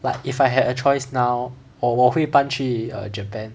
but if I had a choice now 我我会搬去 err japan